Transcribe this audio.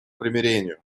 примирению